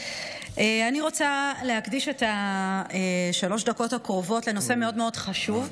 אני רוצה להקדיש את שלוש הדקות הקרובות לנושא מאוד מאוד חשוב,